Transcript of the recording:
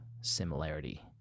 similarity